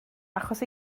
achos